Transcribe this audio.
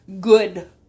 good